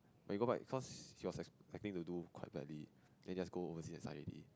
when he got back cause he was expecting to do quite badly then just go overseas and study